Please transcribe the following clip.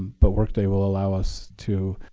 but workday will allow us to